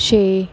ਛੇ